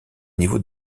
niveau